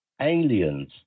aliens